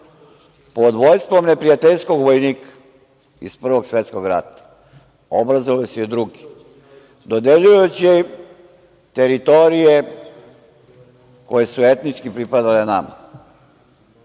pod vođstvom neprijateljskog vojnika iz Prvog svetskog rata. Obrazovali su je drugi, dodeljujući teritorije koje su etnički pripadale nama.